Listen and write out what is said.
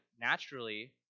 naturally